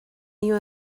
you